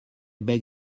beg